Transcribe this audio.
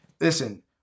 Listen